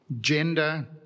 gender